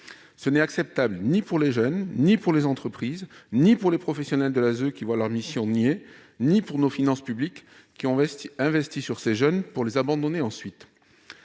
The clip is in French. Ce n'est acceptable ni pour les jeunes, ni pour les entreprises, ni pour les professionnels de l'ASE qui voient leurs missions niées, ni pour nos finances publiques, qui ont investi sur ces jeunes pour les abandonner ensuite.